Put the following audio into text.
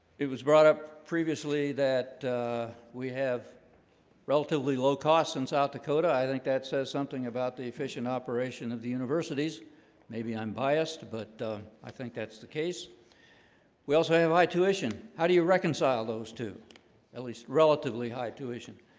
it was brought up previously that we have relatively low costs in south dakota. i think that says something about the efficient operation of the universities maybe i'm biased but i think that's the case we also have high tuition. how do you reconcile those two at least relatively high tuition?